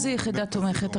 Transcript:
מה זה קהילה תומכת?